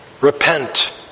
repent